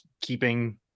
keeping